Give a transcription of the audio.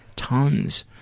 tons.